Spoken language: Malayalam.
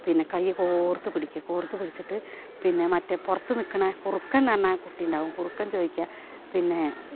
പിന്നെ കൈ കോർത്തു പിടിക്കും കോർത്തു പിടിച്ചിട്ടു പിന്നെ മറ്റെ പുറത്തു നിൽക്കണെ കുറുക്കനെന്നറിഞ്ഞാൽ കുട്ടിയുണ്ടാകും കുറുക്കൻ ചോദിക്കുക പിന്നെ